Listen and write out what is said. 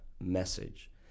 message